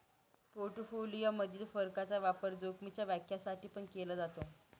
portfolio मधील फरकाचा वापर जोखीमीच्या व्याख्या साठी पण केला जातो